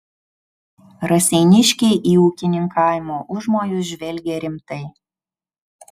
raseiniškiai į ūkininkavimo užmojus žvelgė rimtai